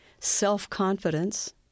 self-confidence